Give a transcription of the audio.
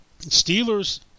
Steelers